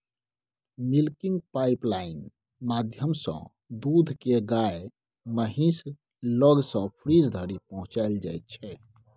milking pipeline माध्यमसँ दुध केँ गाए महीस लग सँ फ्रीज धरि पहुँचाएल जाइ छै